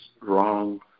wrong